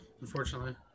Unfortunately